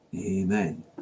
Amen